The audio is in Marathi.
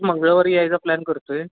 मंगळवारी यायचा प्लॅन करतो आहे